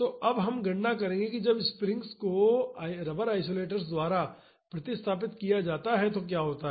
तो अब हम गणना करेंगे कि जब स्प्रिंग्स को रबर आइसोलेटर्स द्वारा प्रतिस्थापित किया जाता है तो क्या होता है